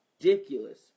ridiculous